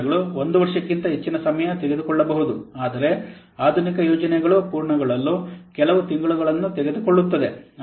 ಕೆಲವು ಯೋಜನೆಗಳು 1 ವರ್ಷಕ್ಕಿಂತ ಹೆಚ್ಚಿನ ಸಮಯ ತೆಗೆದುಕೊಳ್ಳಬಹುದು ಆದರೆ ಆಧುನಿಕ ಯೋಜನೆಗಳು ಪೂರ್ಣಗೊಳ್ಳಲು ಕೆಲವು ತಿಂಗಳುಗಳನ್ನು ತೆಗೆದುಕೊಳ್ಳುತ್ತವೆ